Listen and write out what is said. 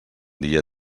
dia